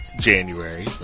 January